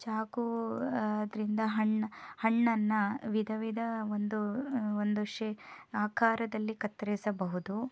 ಚಾಕು ಅದರಿಂದ ಹಣ್ಣು ಹಣ್ಣನ್ನು ವಿಧ ವಿಧ ಒಂದು ಒಂದು ಶೇ ಆಕಾರದಲ್ಲಿ ಕತ್ತರಿಸಬಹುದು